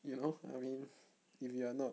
you know I mean if you are not